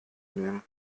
nehmen